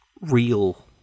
real